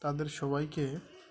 তাদের সবাইকে